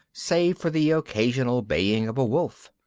save for the occasional baying of a wolf.